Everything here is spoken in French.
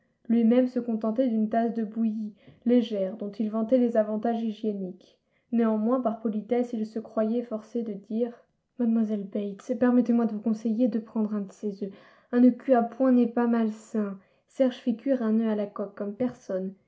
lui-même se contentait d'une tasse de bouillie légère dont il vantait les avantages hygiéniques néanmoins par politesse il se croyait forcé de dire mademoiselle bates permettez-moi de vous conseiller de prendre un de ces œufs un œuf cuit à point n'est pas malsain serge fait cuire un œuf à la coque comme personne